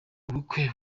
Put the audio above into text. ubukwe